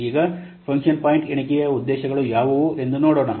ಈಗ function point ಎಣಿಕೆಯ ಉದ್ದೇಶಗಳು ಯಾವುವು ಎಂದು ನೋಡೋಣ